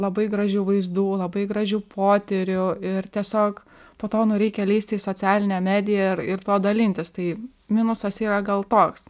labai gražių vaizdų labai gražių potyrių ir tiesiog po to nu reikia lįst į socialinę mediją ir ir tuo dalintis tai minusas yra gal toks